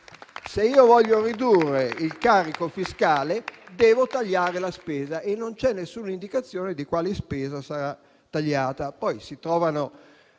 Se si vuole ridurre il carico fiscale, si deve tagliare la spesa e non c'è nessuna indicazione di quale spesa sarà tagliata.